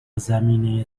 زمینه